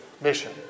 mission